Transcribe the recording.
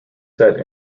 set